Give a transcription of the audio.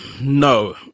No